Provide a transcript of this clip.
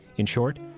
in short,